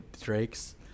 Drake's